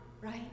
right